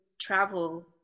travel